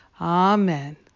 amen